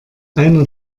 einer